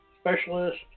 Specialist